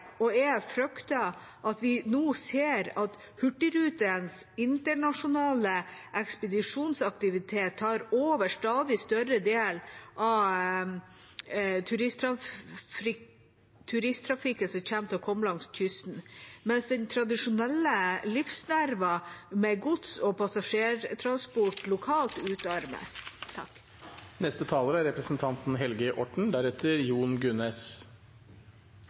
frykter at vi nå ser at Hurtigrutens internasjonale ekspedisjonsaktivitet tar over en stadig større del av turisttrafikken som kommer til å komme langs kysten, mens den tradisjonelle livsnerven med gods- og passasjertransport lokalt utarmes.